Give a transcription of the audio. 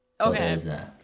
okay